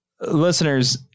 listeners